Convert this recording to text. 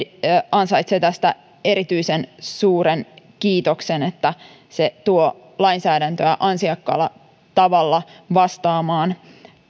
ansaitsee tästä erityisen suuren kiitoksen että se tuo lainsäädäntöä ansiokkaalla tavalla vastaamaan